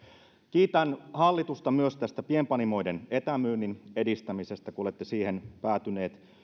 kiitän hallitusta myös tästä pienpanimoiden etämyynnin edistämisestä kun olette siihen päätyneet